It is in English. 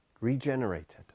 regenerated